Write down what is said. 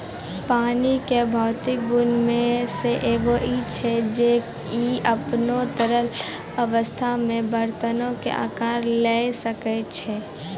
पानी के भौतिक गुणो मे से एगो इ छै जे इ अपनो तरल अवस्था मे बरतनो के अकार लिये सकै छै